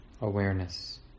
awareness